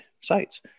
sites